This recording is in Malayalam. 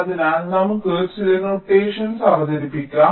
അതിനാൽ നമുക്ക് ചില നൊട്ടേഷനുകൾ അവതരിപ്പിക്കാം